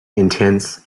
intense